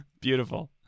Beautiful